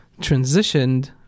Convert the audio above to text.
transitioned